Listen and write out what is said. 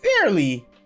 fairly